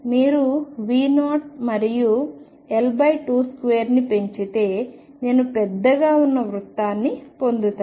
మీరు V0 మరియు L22 ని పెంచితే నేను పెద్ద గా ఉన్న వృత్తాన్ని పొందుతాను